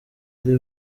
ari